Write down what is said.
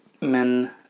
men